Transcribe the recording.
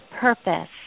purpose